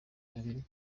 babiri